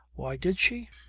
why did she?